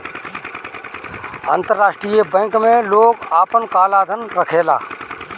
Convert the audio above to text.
अंतरराष्ट्रीय बैंक में लोग आपन काला धन रखेला